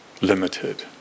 limited